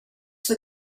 for